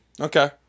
Okay